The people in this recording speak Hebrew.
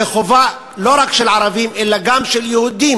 זאת חובה לא רק של ערבים, אלא גם של יהודים,